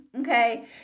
okay